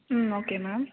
ம் okay ma'am